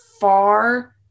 far